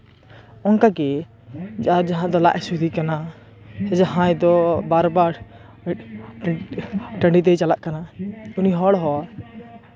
ᱚᱱᱠᱟ ᱜᱮ ᱟᱨ ᱡᱟᱦᱟᱸᱭ ᱫᱚ ᱞᱟᱡ ᱦᱟᱥᱩᱭ ᱮᱫᱮ ᱠᱟᱱᱟ ᱡᱟᱦᱟᱸᱭ ᱫᱚ ᱵᱟᱨᱼᱵᱟᱨ ᱴᱟᱺᱰᱤ ᱛᱮᱭ ᱪᱟᱞᱟᱜ ᱠᱟᱱᱟ ᱩᱱᱤ ᱦᱚᱲ ᱦᱚᱸ